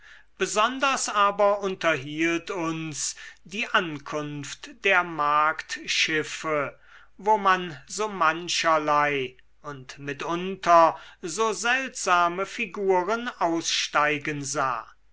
besonders aber unterhielt uns die ankunft der marktschiffe wo man so mancherlei und mitunter so seltsame figuren aussteigen sah